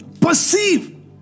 perceive